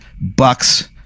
bucks